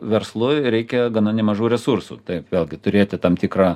verslu reikia gana nemažų resursų taip vėlgi turėti tam tikrą